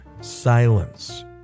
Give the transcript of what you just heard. Silence